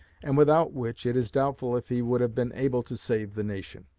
and without which it is doubtful if he would have been able to save the nation.